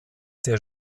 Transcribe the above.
der